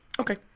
Okay